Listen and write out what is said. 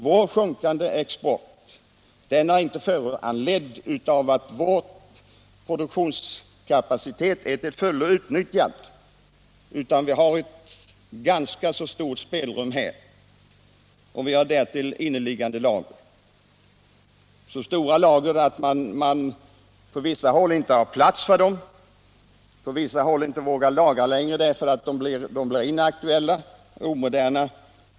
Vår sjunkande export är inte föranledd av att vår produktionskapacitet är till fullo utnyttjad, utan vi har här ett ganska stort spelrum. Därtill kommer att vi har stora inneliggande lager. Lagren är så stora att man på vissa håll inte har plats för dem. På andra håll vågar man inte längre hålla varorna i lager av fruktan för att de skall bli inaktuella och omoderna.